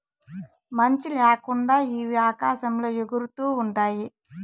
మంచి ల్యాకుండా ఇవి ఆకాశంలో ఎగురుతూ ఉంటాయి